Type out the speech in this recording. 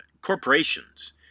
Corporations